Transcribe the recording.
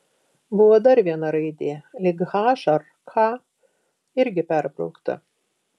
buvo dar viena raidė lyg h ar k irgi perbraukta